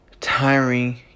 tiring